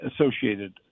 associated